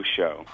Show